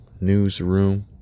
Newsroom